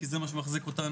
כי זה מה שמחזיק אותנו.